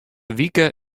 wike